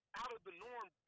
out-of-the-norm